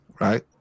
right